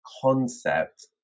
concept